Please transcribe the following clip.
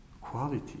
quality